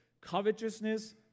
covetousness